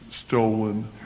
Stolen